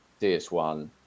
ds1